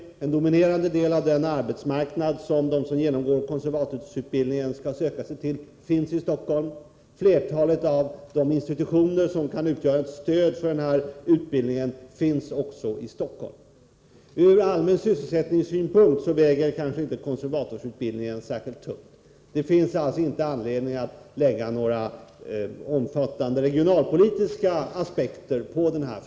En dominerande del av den arbetsmarknad som de som genomgår konservatorsutbildningen skall söka sig till finns i Stockholm. Flertalet av de institutioner som kan utgöra ett stöd för utbildningen finns också i Stockholm. Ur allmän sysselsättningssynpunkt väger inte konservatorsutbildningen särskilt tungt. Det finns alltså ingen anledning att lägga några omfattande regionalpolitiska aspekter på detta.